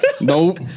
Nope